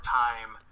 time